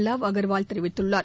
லாவ் அகர்வால் தெரிவித்துள்ளார்